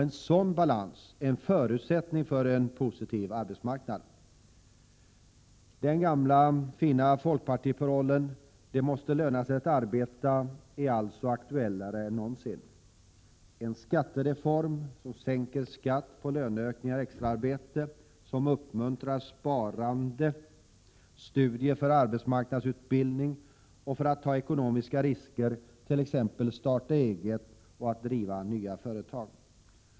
En sådan balans är en förutsättning för en positiv arbetsmarknad. Den gamla fina folkpartiparollen ”det måste löna sig att arbeta” är alltså aktuellare än någonsin. En skattereform som sänker skatt på löneökningar och extraarbete, som uppmuntrar sparande, studier inom arbetsmarknadsutbildningen och till att ta ekonomiska risker, t.ex. starta eget och att driva nya företag behövs.